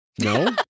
No